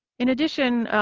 in addition